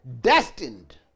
destined